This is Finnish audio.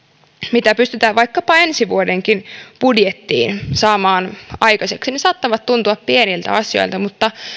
mitä pystytään vaikkapa ensi vuodenkin budjettiin saamaan aikaiseksi niin ne saattavat tuntua pieniltä asioilta mutta